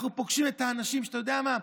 אנחנו פוגשים את האנשים, אתה יודע מה?